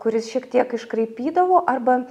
kuris šiek tiek iškraipydavo arba